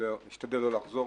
אשתדל לא לחזור,